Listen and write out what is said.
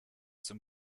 zum